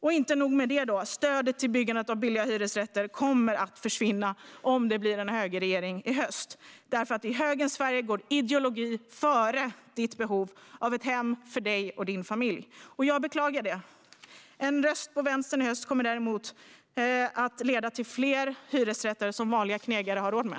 Och inte nog med det - stödet till byggande av billiga hyresrätter kommer att försvinna om det blir en högerregering i höst. I högerns Sverige går nämligen ideologi före ditt behov av ett hem för dig och din familj. Jag beklagar detta. En röst på vänstern i höst kommer däremot att leda till fler hyresrätter som vanliga knegare har råd med.